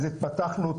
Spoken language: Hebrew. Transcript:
אז התפתחנו,